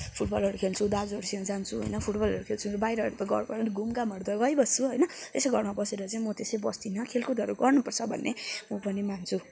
फुटबलहरू खेल्छुँ दाजुहरूसँग जान्छु होइन फुटबलहरू खेल्छुँ बाहिरहरू त घरबाट पनि घुम घामहरू त गरिबस्छुँ होइन यसै घरमा बसेर चाहिँ म त्यसै बस्दिनँ खेलकुदहरू गर्नु पर्छ भन्ने म पनि मान्छुँ